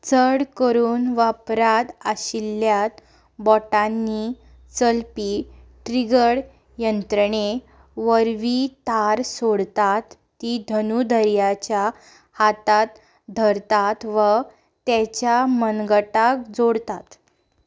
चड करून वापरांत आशिल्ल्यात बोटांनी चलपी ट्रिगर यंत्रणे वरवीं तार सोडतात ती धनुधर्याच्या हातांत धरतात वा ताच्या मनगटाक जोडतात